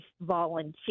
volunteer